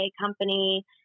company